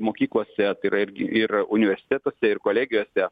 mokyklose tai yra ir universitetuose ir kolegijose